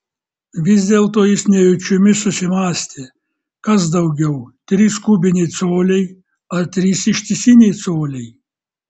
vis dėlto jis nejučiomis susimąstė kas daugiau trys kubiniai coliai ar trys ištisiniai coliai